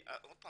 שוב,